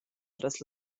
tras